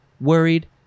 worried